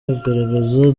aragaragaza